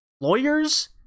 lawyers